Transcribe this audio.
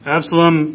Absalom